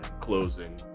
closing